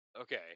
okay